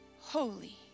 holy